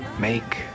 make